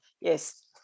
Yes